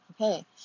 Okay